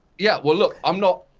yeah well look, i'm not,